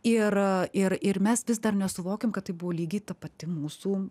ir ir ir mes vis dar nesuvokiam kad tai buvo lygiai ta pati mūsų